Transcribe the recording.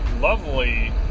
lovely